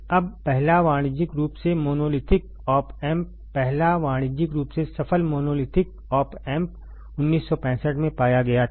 अब पहला व्यावसायिक रूप से मोनोलिथिक ऑप एम्प पहला वाणिज्यिक रूप से सफल मोनोलिथिक ऑप एम्प 1965 में पाया गया था